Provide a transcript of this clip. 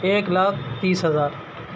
ایک لاکھ تیس ہزار